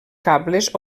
cables